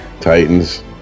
Titans